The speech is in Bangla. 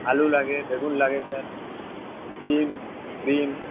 আলু লাগে বেগুন লাগে স্যার বিন বিন